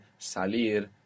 salir